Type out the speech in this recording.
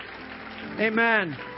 Amen